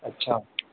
अच्छा